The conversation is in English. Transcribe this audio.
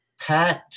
pat